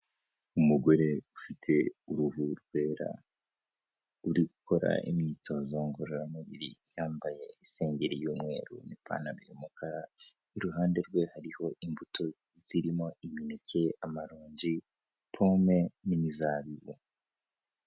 Umugore ufite uruhu rwera, uri gukora imyitozo ngororamubiri yambaye iseri y'umweru n'ipantaro y'umukara, iruhande rwe hariho imbuto zirimo imineke, amarongi, pome n'imizabibu.